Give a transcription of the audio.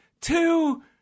two